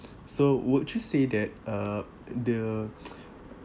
so would you say that uh the